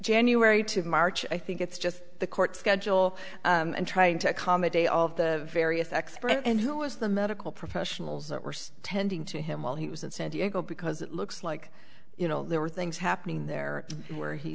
january to march i think it's just the court schedule and trying to accommodate all of the various experts and who was the medical professionals that were tending to him while he was in san diego because it looks like you know there were things happening there where he